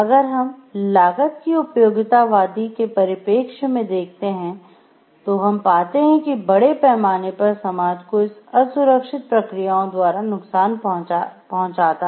अगर हम लागत की उपयोगितावादी के परिप्रेक्ष्य में देखते है तो हम पाते है कि बड़े पैमाने पर समाज को इस असुरक्षित प्रक्रियाओं द्वारा नुकसान पहुंचाता है